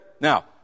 Now